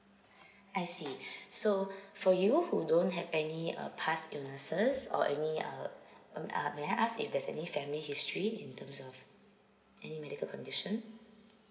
I see so for you who don't have any uh past illnesses or any uh um uh may I ask if there's any family history in terms of any medical condition